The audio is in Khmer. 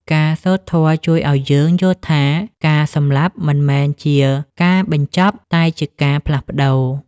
ការសូត្រធម៌ជួយឱ្យយើងយល់ថា ការស្លាប់មិនមែនជាការបញ្ចប់ តែជាការផ្លាស់ប្តូរ។